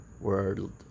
world